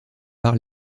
par